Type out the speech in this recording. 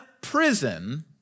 prison